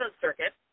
Circuit